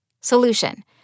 Solution